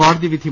കോടതി വിധി